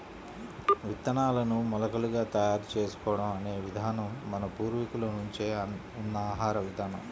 విత్తనాలను మొలకలుగా తయారు చేసుకోవడం అనే విధానం మన పూర్వీకుల నుంచే ఉన్న ఆహార విధానం